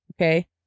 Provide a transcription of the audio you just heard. okay